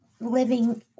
living